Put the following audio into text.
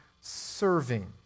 serving